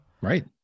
Right